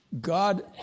God